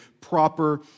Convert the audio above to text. proper